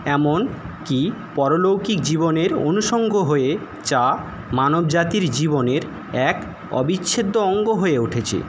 এমন কি পরলৌকিক জীবনের অনুসঙ্গ হয়ে চা মানবজাতির জীবনের এক অবিচ্ছেদ্য অঙ্গ হয়ে উঠেছে